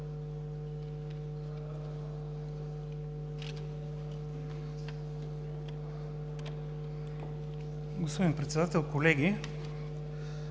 Господин Председател, колеги!